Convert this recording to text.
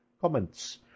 Comments